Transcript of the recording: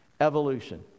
evolution